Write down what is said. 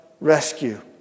rescue